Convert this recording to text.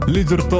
Leader